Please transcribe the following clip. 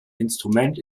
instrument